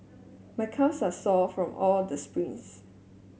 my calves are sore from all the sprints